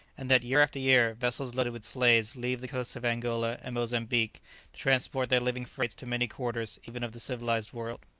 and that year after year vessels loaded with slaves leave the coasts of angola and mozambique to transport their living freight to many quarters even of the civilized world.